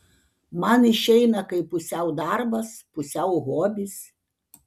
man išeina kaip pusiau darbas pusiau hobis